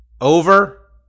over